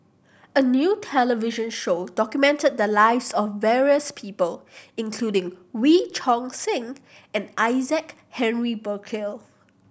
a new television show documented the lives of various people including Wee Choon Seng and Isaac Henry Burkill